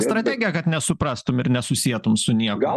strategija kad nesuprastum ir nesusietum su niekuo